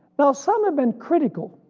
now some have been critical,